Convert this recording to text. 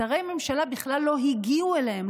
שרי ממשלה בכלל לא הגיעו אליהם,